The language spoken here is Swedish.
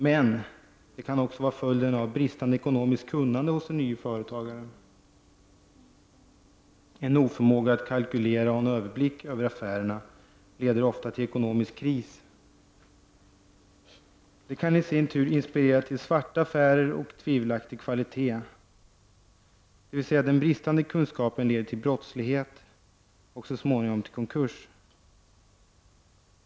Men orsaken kan också vara bristande ekonomiskt kunnande hos den nye företagaren. En oförmåga att kalkylera och få en överblick över affärerna leder ofta till ekonomisk kris. Detta kan i sin tur inspirera till svarta affärer och tvivelaktig kvalitet, dvs. den bristande kunskapen leder till brottslighet och så småningom till konkurs.